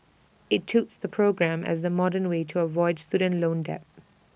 IT touts the program as the modern way to avoid student loan debt